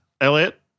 Elliot